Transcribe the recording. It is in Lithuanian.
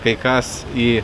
kai kas į